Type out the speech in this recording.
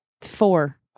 four